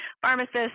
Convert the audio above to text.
pharmacists